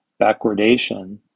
backwardation